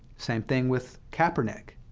same thing with kaepernick,